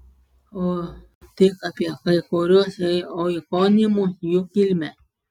o tik apie kai kuriuos oikonimus jų kilmę